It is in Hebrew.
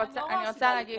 זה אותו טיעון